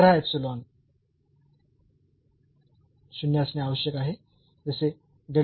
तर हा इप्सिलॉन 0 असणे आवश्यक आहे जसे